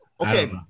Okay